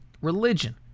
religion